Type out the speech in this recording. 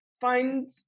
find